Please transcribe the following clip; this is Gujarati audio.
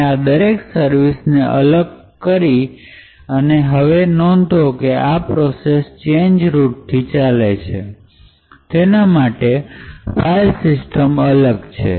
અને આ દરેક સર્વિસને અલગ થશે હવે નોંધો કે આ પ્રોસેસ ચેન્જ રૂટથી ચાલે છે તેના માટે ફાઇલ સિસ્ટમ અલગ છે